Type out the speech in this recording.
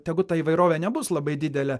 tegu ta įvairovė nebus labai didelė